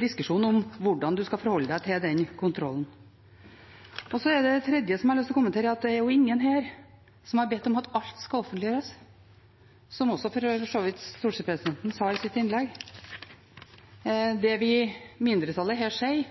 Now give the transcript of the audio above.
diskusjonen om hvordan en skal forholde seg til den kontrollen. Det tredje som jeg har lyst til å kommentere, er at det er ingen her som har bedt om at alt skal offentliggjøres, som også for så vidt stortingspresidenten sa i sitt innlegg. Det mindretallet her sier,